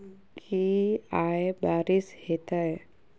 की आय बारिश हेतै?